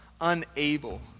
unable